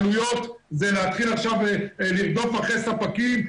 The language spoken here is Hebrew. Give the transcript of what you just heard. בעלויות ולהתחיל לרדוף אחרי ספקים,